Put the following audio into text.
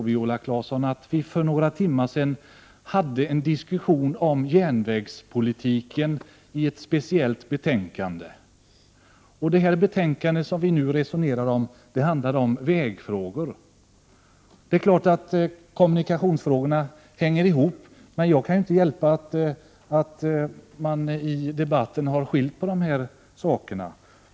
Vi hade för några timmar sedan en diskussion om järnvägspolitiken i samband med behandlingen av betänkande 16, Viola Claesson. Det betänkande som vi nu resonerar om handlar om vägfrågor. Kommunikationsfrågorna hänger ihop, men jag kan inte hjälpa att man i debatten har skiljt de här frågorna.